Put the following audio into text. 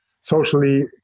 socially